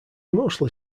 mostly